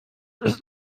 ist